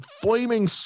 Flaming